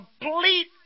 complete